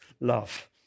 love